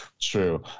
True